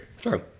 Sure